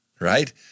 Right